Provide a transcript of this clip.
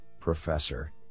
professor